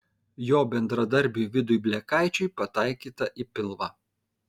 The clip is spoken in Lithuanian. jo bendradarbiui vidui blekaičiui pataikyta į pilvą